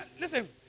Listen